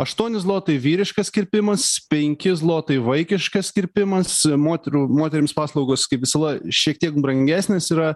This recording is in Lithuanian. aštuoni zlotai vyriškas kirpimas penki zlotai vaikiškas kirpimas moterų moterims paslaugos kaip visada šiek tiek brangesnės yra